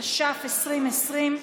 התש"ף 2020,